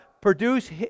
Produce